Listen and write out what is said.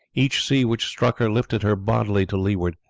each sea which struck her lifted her bodily to leeward,